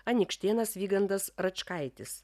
anykštėnas vygandas račkaitis